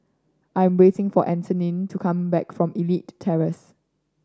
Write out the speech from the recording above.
I am waiting for Antione to come back from Elite Terrace